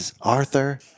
Arthur